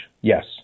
Yes